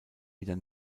wieder